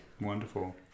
Wonderful